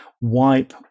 Wipe